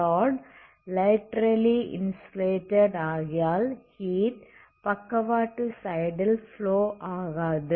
rod laterally insulated ஆகையால் heat பக்கவாட்டு சைடில் ஃப்ளோ ஆகாது